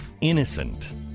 innocent